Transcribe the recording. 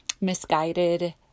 misguided